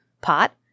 pot